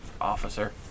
officer